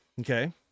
Okay